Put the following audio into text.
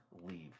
leave